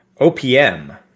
OPM